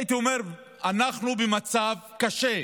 הייתי אומר: אנחנו במצב קשה.